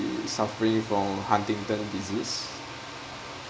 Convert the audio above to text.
suffering from huntington disease